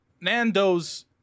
Nando's